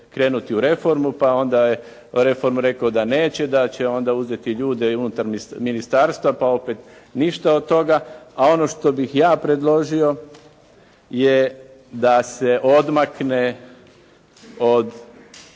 krenuti u reformu, pa onda je rekao da reformu neće da će onda uzeti ljude i unutar ministarstva, pa opet ništa od toga, a ono što bih ja predložio je da se odmakne od